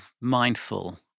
mindful